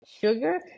sugar